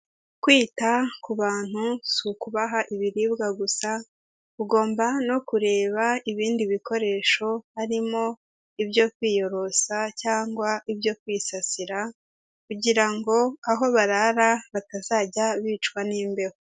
Kwita ku bantu si ukubaha ibiribwa gusa, ugomba no kureba ibindi bikoresho harimo ibyo kwiyorosa cyangwa ibyo kwisasira kugira ngo aho barara batazajya bicwa n'imbeho.